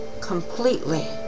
completely